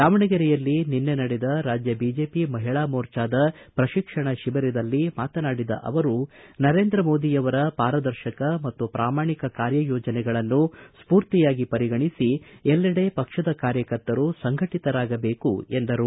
ದಾವಣಗೆರೆಯಲ್ಲಿ ನಿನ್ನೆ ನಡೆದ ರಾಜ್ಯ ಬಿಜೆಪಿ ಮಹಿಳಾ ಮೋರ್ಚಾದ ಪ್ರತಿಕ್ಷಣ ಶಿಬಿರದಲ್ಲಿ ಮಾತನಾಡಿದ ಅವರು ನರೇಂದ್ರ ಮೋದಿ ಅವರ ಪಾರದರ್ಶಕ ಮತ್ತು ಪ್ರಾಮಾಣಿಕ ಕಾರ್ಯಯೋಜನೆಯಗಳನ್ನು ಸ್ತೂರ್ತಿಯಾಗಿ ಪರಿಗಣಿಸಿ ಎಲ್ಲೆಡೆ ಪಕ್ಷದ ಕಾರ್ಯಕರ್ತರು ಸಂಘಟಿತರಾಗಬೇಕು ಎಂದರು